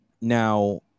Now